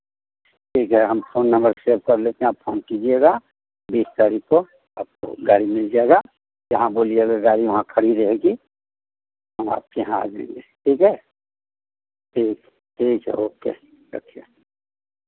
ठीक है हम फोन नंबर सेव कर लेते हैं आप फोन कीजिएगा बीस तारीख को आपको गाड़ी मिल जाएगा जहाँ बोलिएगा गाड़ी वहाँ खड़ी रहेगी हम आपके यहाँ आ जाऍंगे ठीक है ठीक ठीक है ओके रखिए